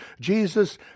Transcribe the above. Jesus